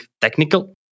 technical